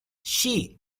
she